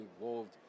involved